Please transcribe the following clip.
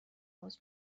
باز